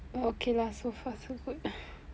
okay lah so far so good